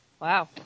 Wow